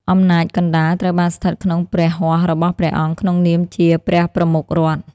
អំណាចកណ្តាលត្រូវបានស្ថិតក្នុងព្រះហស្ថរបស់ព្រះអង្គក្នុងនាមជា "ព្រះប្រមុខរដ្ឋ"។